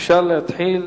אפשר להתחיל.